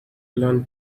ian